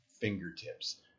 fingertips